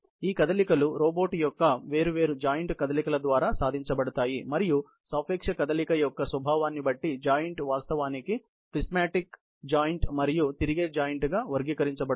ఈ కదలికలు రోబోట్ చేయి యొక్క వేరు వేరు జాయింట్ కదలికల ద్వారా సాధించబడతాయి మరియు సాపేక్ష కదలిక యొక్క స్వభావాన్ని బట్టి జాయింట్ వాస్తవానికి ప్రిస్మాటిక్ జాయింట్ మరియు తిరిగే జాయింట్ గా వర్గీకరించబడ్డాయి